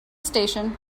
station